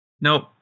Nope